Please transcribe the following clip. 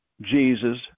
Jesus